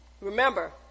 remember